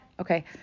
Okay